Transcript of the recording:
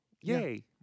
Yay